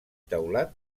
teulat